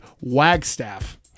Wagstaff